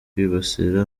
kwibasira